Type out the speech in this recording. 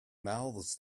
mouths